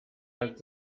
hat